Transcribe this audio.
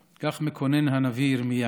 כך מקונן הנביא ירמיה.